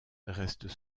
restent